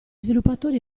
sviluppatori